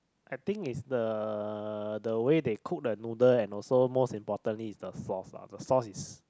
I think it's the the way they cook the noodles and also most importantly it's the sauce lah the sauce is